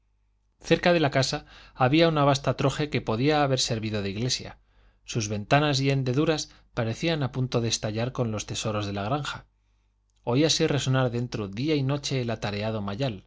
cerca de la casa había una vasta troje que podía haber servido de iglesia sus ventanas y hendeduras parecían a punto de estallar con los tesoros de la granja oíase resonar dentro día y noche el atareado mayal